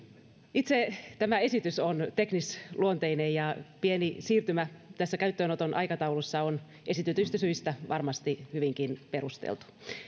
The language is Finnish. itse tämä esitys on teknisluonteinen ja pieni siirtymä tässä käyttöönoton aikataulussa on esitetyistä syistä varmasti hyvinkin perusteltu